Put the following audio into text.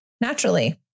naturally